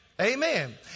Amen